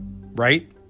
right